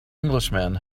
englishman